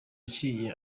yaciye